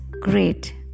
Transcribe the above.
great